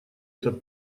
этот